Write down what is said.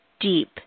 deep